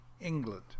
England